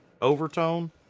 overtone